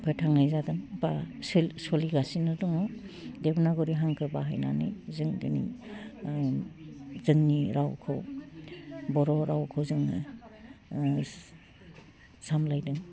फोथांनाय जादों बा सो सलिगासिनो दङ देब'नाग्रि हांखो बाहायनानै जों दिनै ओह जोंनि रावखौ बर' रावखौ जोङो ओह सामलाइदों